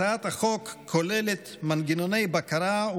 הצעת החוק כוללת מנגנוני בקרה,